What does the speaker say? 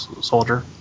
soldier